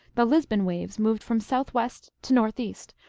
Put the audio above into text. the lisbon waves moved from southwest to northeast,